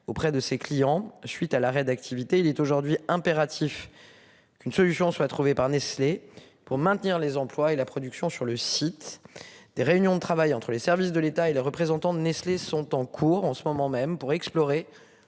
auprès de ses clients. Suite à l'arrêt d'activité, il est aujourd'hui impératif. Qu'une solution soit trouvée par Nestlé pour maintenir les emplois et la production sur le site des réunions de travail entre les services de l'État et les représentants de Nestlé sont en cours en ce moment même pour explorer